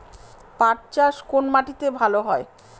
পাট চাষ কোন মাটিতে ভালো হয়?